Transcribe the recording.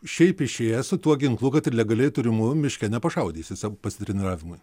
šiaip išėjęs su tuo ginklu kad ir legaliai turimu miške nepašaudysi savo pasitreniravimui